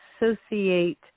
associate